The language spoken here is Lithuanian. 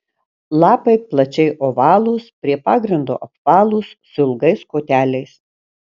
lapai plačiai ovalūs prie pagrindo apvalūs su ilgais koteliais